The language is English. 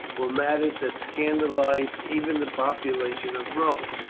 were matters that scandalized even the population of rome.